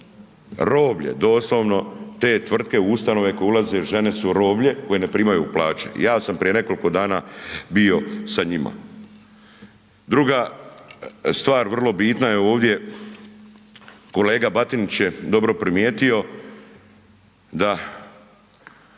roblje, doslovno te tvrtke, ustanove koje ulaze žene su roblje koje ne primaju plaće. Ja sam prije nekoliko dana bio sa njima. Druga stvar vrlo bitna je ovdje, kolega Batinić je dobro primijetio da